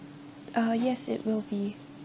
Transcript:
uh yes it will be